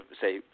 say